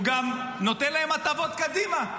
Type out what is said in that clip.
הוא גם נותן להם הטבות קדימה.